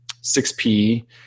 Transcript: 6P